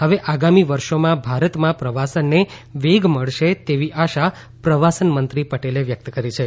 હવે આગામી વર્ષોમાં ભારતમાં પ્રવાસનને વેગ મળશે તેવી આશા પ્રવાસનમંત્રી પટેલે વ્યક્ત કરી છે